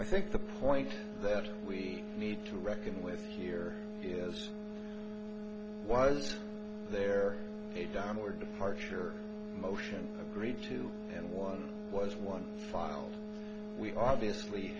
i think the point that we need to reckon with here years was there were departure motion agreed to and one was one file we obviously